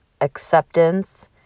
acceptance